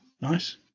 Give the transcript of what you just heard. Nice